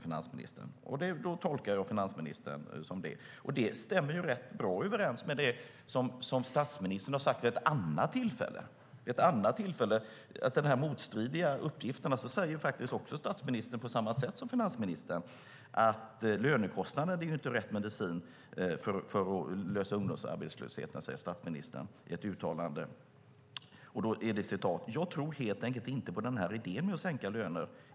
Jag tolkar finansministern på det sättet. Och det stämmer rätt bra överens med det som statsministern har sagt vid ett annat tillfälle. Det kommer motstridiga uppgifter. Statsministern har på samma sätt som finansministern sagt att lönekostnaderna inte är rätt medicin för att lösa ungdomsarbetslösheten. "Jag tror helt enkelt inte på den här idén med att sänka löner.